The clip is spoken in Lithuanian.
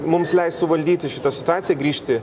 mums leis suvaldyti šitą situaciją grįžti